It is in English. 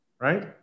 right